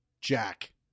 Jack